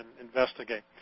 investigate